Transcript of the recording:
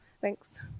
Thanks